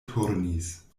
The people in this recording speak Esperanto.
turnis